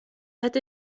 hätte